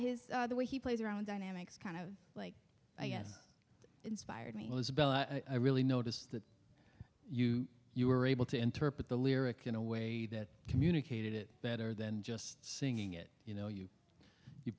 his the way he plays around dynamics kind of like i guess inspired me it was about i really noticed that you you were able to interpret the lyric in a way that communicated it better than just singing it you know you you